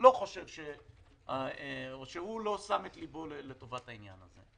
לא שם לבו לטובת העניין הזה,